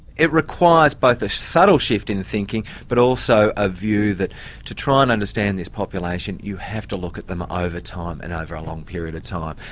it requires both a subtle shift in thinking, but also a view that to try and understand this population you have to look at them over time and over a long period of so um